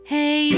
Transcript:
Hey